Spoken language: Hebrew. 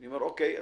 אני אומר: "בסדר,